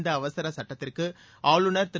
இந்த அவசர சுட்டத்திற்கு ஆளுநர் திரு